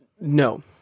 No